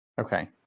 Okay